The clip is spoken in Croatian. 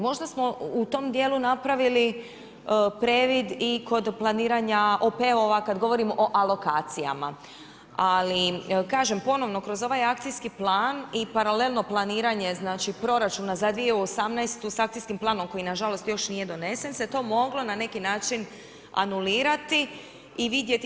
Možda smo u to dijelu napravili previd i kod planiranja … kada govorimo o alokacijama, ali kažem ponovno kroz ovaj akcijski plan i paralelno planiranje proračuna za 2018. s akcijskim planom koji nažalost još nije donesen se to moglo na neki način anulirati i vidjeti.